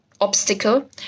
obstacle